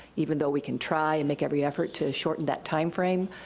even though we can try and make every effort to shorten that time frame,